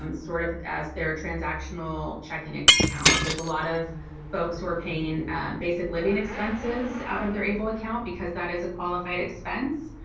um sort of as their transactional checking ah account. there's a lot of folks who are paying basic living expenses out of their able account because that is a qualified expense.